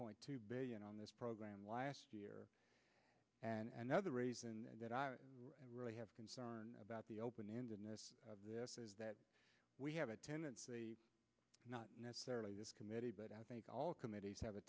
point two billion on this program last year and another reason that i really have concern about the open ended in this this is that we have a tendency not necessarily this committee but i think all committees have a